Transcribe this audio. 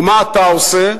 ומה אתה עושה?